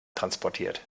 transportiert